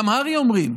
גם הר"י אומרים,